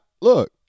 look